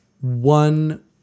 one